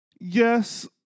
Yes